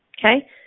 okay